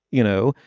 you know,